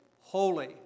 holy